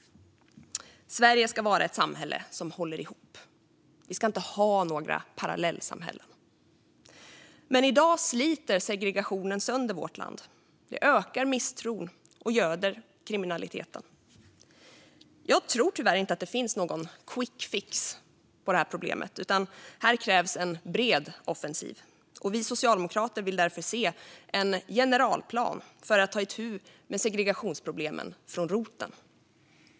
Sverige ska vara ett samhälle som håller ihop. Vi ska inte ha några parallellsamhällen. Men i dag sliter segregationen sönder vårt land. Det ökar misstron och göder kriminaliteten. Jag tror inte att det finns någon quickfix på det här problemet, tyvärr, utan här krävs en bred offensiv. Vi socialdemokrater vill därför se en generalplan för att ta itu med segregationsproblemen från roten.